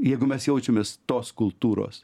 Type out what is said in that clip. jeigu mes jaučiamės tos kultūros